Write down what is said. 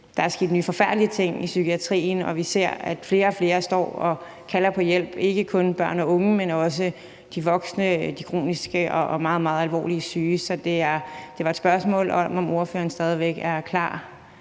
Der er sket nye forfærdelige ting i psykiatrien, og vi ser, at flere og flere står og kalder på hjælp, ikke kun børn og unge, men også de voksne og de kronisk og meget alvorligt syge. Så det var et spørgsmål, der gik på, om ordføreren stadig væk er klar